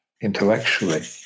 intellectually